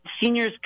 seniors